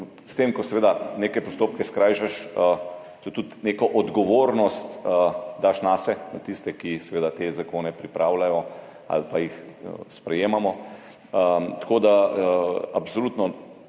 s tem, ko neke postopke skrajšaš, tudi neko odgovornost daš nase, na tiste, ki seveda te zakone pripravljajo ali pa jih sprejemamo. Tako da se mi absolutno